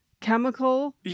chemical